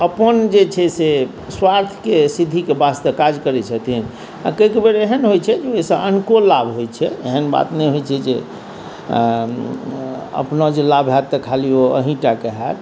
अपन जे छै से स्वार्थक सिद्धिके वास्ते काज करैत छथिन आ कएक बेर एहन होइत छै जे ओहिसँ अनको लाभ होइत छै एहन बात नहि होइत छै जे अपना जे लाभ हैत तऽ खाली ओ अहीँटाके हैत